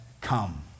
come